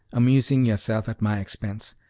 amusing yourself at my expense.